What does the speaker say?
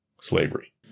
slavery